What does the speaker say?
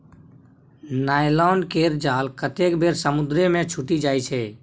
nylon केर जाल कतेक बेर समुद्रे मे छुटि जाइ छै